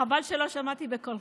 חבל שלא שמעתי בקולך.